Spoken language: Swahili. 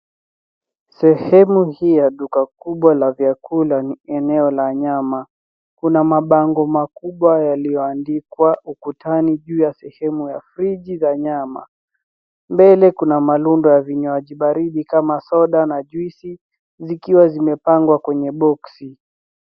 Sehemu hii ya duka kuwa la vyakula ni eneo la nyama. Kuna mabango makubwa yaliyoadikwa ukutani juu ya sehemu la friji la nyama. Mbele kuna marundo ya vinywaji baridi kama soda na juisi zikiwa zimepangwa kwenye boxi.